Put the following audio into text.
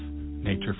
nature